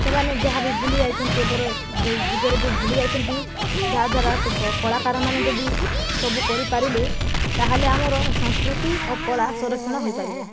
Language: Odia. ସେମାନେ ଯାହାବି ଭୁଲି ଯାଇଛନ୍ତି ଏବର ଏହି ଯୁଗରେ ଯେଉଁ ଭୁଲି ଯାଇଛନ୍ତି ଯାହାଦ୍ୱାରା ସେ କଳାକାରମାନେ ଯଦି ସବୁ କରିପାରିଲେ ତା'ହେଲେ ଆମର ସଂସ୍କୃତି ଆଉ କଳା ସଂରକ୍ଷଣ ହୋଇପାରିବ